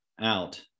out